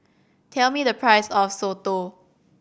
tell me the price of soto